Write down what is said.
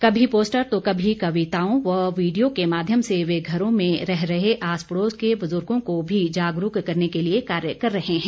कभी पोस्टर तो कभी कविताओं व वीडियो के माध्यम से वे घरों में रह रहे आस पड़ोस के बुजुर्गों को भी जागरूक करने के लिए कार्य कर रहे हैं